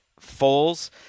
Foles